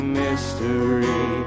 mystery